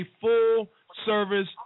full-service